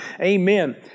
Amen